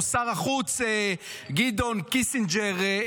או שר החוץ גדעון קיסינג'ר,